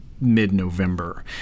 mid-November